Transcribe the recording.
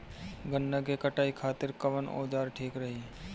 गन्ना के कटाई खातिर कवन औजार ठीक रही?